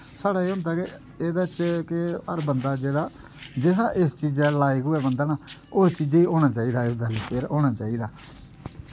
साढ़ा एह् होंदा के एहदे च के हर बंदा जेह्ड़ा इस चीजै दे लाइक होऐ बंदा ना उस चीजै गी होना चाहिदा एह् बैल्लफेयर होना चाहिदा